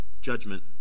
judgment